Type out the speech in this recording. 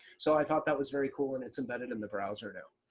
so i thought that was very cool and it's embedded in the browser now.